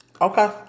Okay